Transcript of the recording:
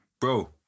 Bro